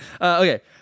Okay